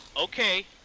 Okay